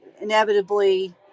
inevitably